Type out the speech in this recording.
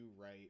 right